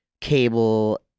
cable